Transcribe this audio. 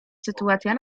sytuacja